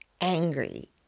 angry